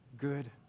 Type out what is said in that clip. good